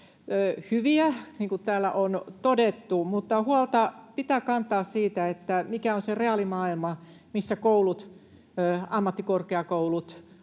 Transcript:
hyviä, niin kuin täällä on todettu, mutta huolta pitää kantaa siitä, mikä on se reaalimaailma, missä koulut, ammattikorkeakoulut,